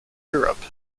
europe